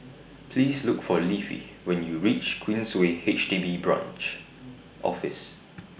Please Look For Leafy when YOU REACH Queensway H D B Branch Office